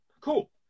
cool